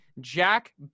Jack